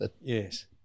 Yes